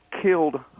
killed